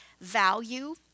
value